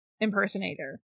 impersonator